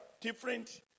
different